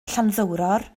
llanddowror